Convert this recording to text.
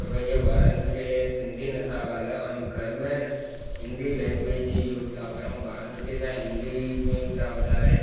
त पंहिंजे ॿारनि खे सिंधी न था ॻाल्हायूं अने घर में न हिंदी लैंग्वेज यूज़ था कयूं ऐं ॿारनि खे छा आहे हिंदी में ई था वधारियो